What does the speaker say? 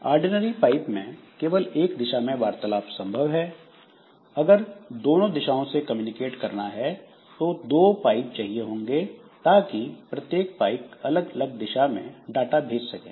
ordinary pipe में केवल एक दिशा में वार्तालाप संभव है अगर दोनों दिशाओं से कम्युनिकेट करना है तो दो पाइप चाहिए होंगे ताकि प्रत्येक पाइप अलग अलग दिशा में डाटा भेजें